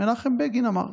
מנחם בגין אמר,